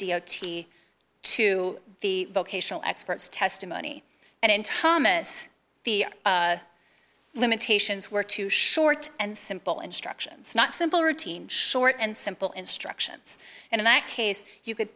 t to the vocational experts testimony and in thomas the limitations were too short and simple instructions not simple routine short and simple instructions and in that case you could